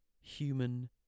human